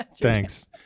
Thanks